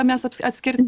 mes ats atskirti